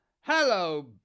Hello